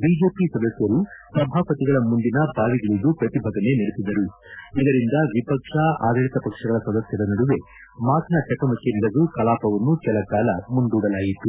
BJP ಸದಸ್ತರು ಸಭಾಪತಿಗಳ ಮುಂದಿನ ಬಾವಿಗಳಿದು ಶ್ರತಿಭಟನೆ ನಡೆಸಿದರು ಇದರಿಂದ ವಿಪಕ್ಷ ಆಡಳಿತ ಪಕ್ಷಗಳ ಸದಸ್ಥರ ನಡುವೆ ಮಾತಿನ ಚಕಮಕಿ ನಡೆದು ಕಲಾಪವನ್ನು ಕೆಲ ಕಾಲ ಮುಂದೂಡಲಾಯಿತು